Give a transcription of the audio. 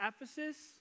Ephesus